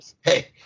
Hey